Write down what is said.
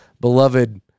beloved